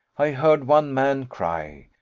i heard one man cry,